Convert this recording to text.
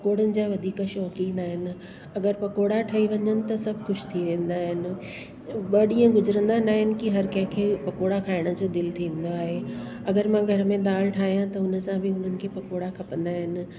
पकोड़नि जा वधीक शौंक़ीन आहिनि अगरि पकोड़ा ठई वञनि त सभु ख़ुशि थी वेंदा आहिनि ॿ डींहं गुजरींदा न आहिनि की हर कंहिंखे पकोड़ा खाइण जो दिलि थींदो आहे अगरि मां घर में दालि ठाहियां त हुन सां बि उन्हनि खे पकोड़ा खपंदा आहिनि